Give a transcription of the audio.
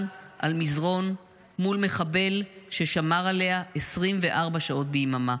על מזרן מול מחבל ששמר עליה 24 שעות ביממה,